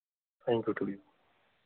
thank you to you